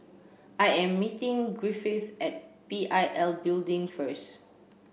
I am meeting Griffith at P I L Building first